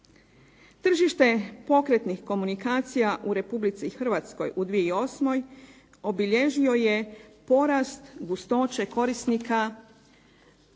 Tržište pokretnih komunikacija u Republici Hrvatskoj u 2008. obilježio je porast gustoće korisnika